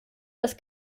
das